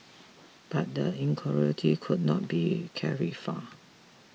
but the incongruity could not be carried far